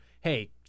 hey